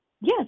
Yes